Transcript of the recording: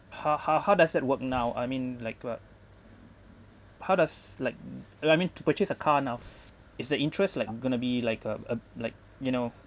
how how how does that work now I mean like what how does like like I mean to purchase a car now is the interest like going to be like um like you know